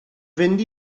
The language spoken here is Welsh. fynd